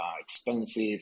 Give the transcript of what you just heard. expensive